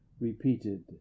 repeated